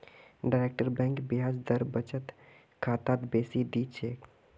direct bank ब्याज दर बचत खातात बेसी दी छेक